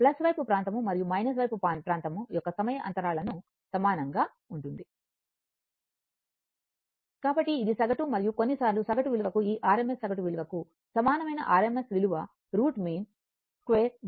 వైపు ప్రాంతం మరియు మైనస్ వైపు ప్రాంతం యొక్క సమయ అంతరాళము సమానంగా ఉంటుంది కాబట్టి ఇది సగటు మరియు కొన్నిసార్లు సగటు విలువకు ఈ RMS సగటు విలువకు సమానమైన RMS విలువ రూట్ మీన్ 2 విలువ